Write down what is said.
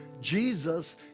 Jesus